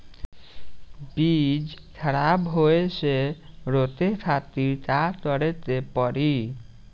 बीज खराब होए से रोके खातिर का करे के पड़ी?